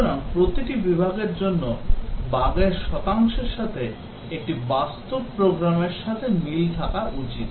সুতরাং প্রতিটি বিভাগের জন্য বাগের শতাংশের সাথে একটি বাস্তব প্রোগ্রামের সাথে মিল থাকা উচিত